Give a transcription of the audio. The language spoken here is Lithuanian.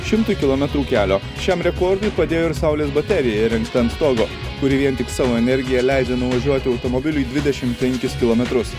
šimtui kilometrų kelio šiam rekordui padėjo ir saulės baterija įrengta ant stogo kuri vien tik savo energija leidžia nuvažiuoti automobiliui dvidešimt penkis kilometrus